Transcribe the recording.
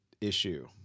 issue